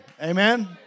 Amen